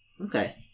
okay